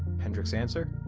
hendrik's answer